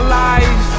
life